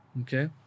okay